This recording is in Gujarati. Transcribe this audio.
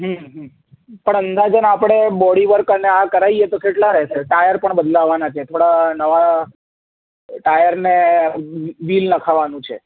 હમ્મ હમ્મ પણ અંદાજન આપણે બોડીવર્ક અને આ કરાવીએ તો કેટલા રહેશે ટાયર પણ બદલાવવાં છે થોડા નવાં ટાયરને વી વી વીલ નખાવવાનું છે